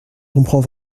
comprend